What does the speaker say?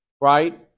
Right